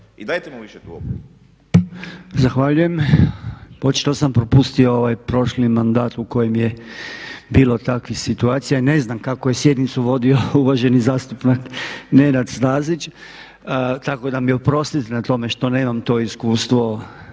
I dajte mu više tu